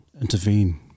intervene